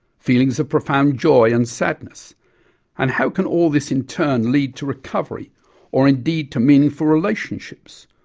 feelings of profound joy and sadness and how can all this in turn lead to recovery or indeed to meaningful relationships,